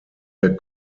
der